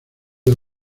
del